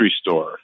store